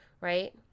right